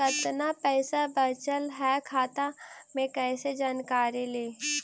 कतना पैसा बचल है खाता मे कैसे जानकारी ली?